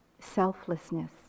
selflessness